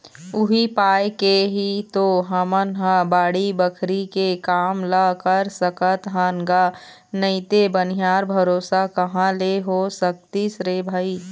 उही पाय के ही तो हमन ह बाड़ी बखरी के काम ल कर सकत हन गा नइते बनिहार भरोसा कहाँ ले हो सकतिस रे भई